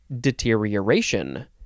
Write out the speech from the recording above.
Deterioration